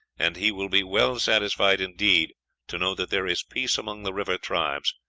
and he will be well satisfied indeed to know that there is peace among the river tribes,